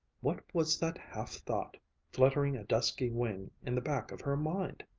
what was that half-thought fluttering a dusky wing in the back of her mind?